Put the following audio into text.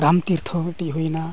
ᱨᱟᱢᱛᱤᱨᱛᱷᱚ ᱢᱤᱫᱴᱤᱡ ᱦᱩᱭᱮᱱᱟ